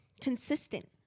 consistent